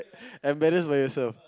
embarrassed by yourself